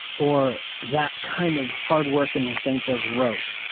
or that kind of hard work in the sense of rote.